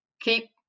keep